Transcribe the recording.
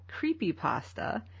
creepypasta